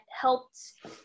helped